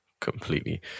completely